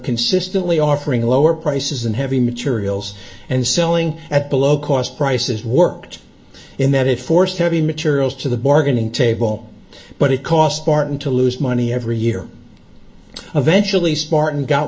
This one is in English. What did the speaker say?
consistently offering lower prices and heavy materials and selling at below cost prices worked in that it forced heavy materials to the bargaining table but it cost martin to lose money every year eventually smartened got